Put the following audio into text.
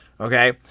Okay